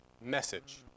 message